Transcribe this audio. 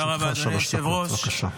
לרשותך שלוש דקות, בבקשה.